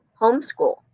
homeschool